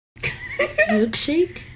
Milkshake